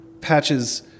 Patches